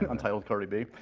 ah untitled cardi b.